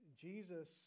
Jesus